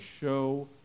show